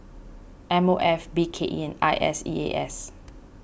M O F B K E and I S E A S